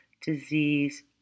disease